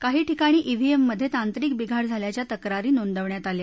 काही ठिकाणी ईव्हीएम मध्ये तांत्रिक बिघाड झाल्याच्या तक्रारी नोंदवण्यात आल्या